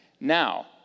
Now